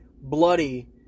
Bloody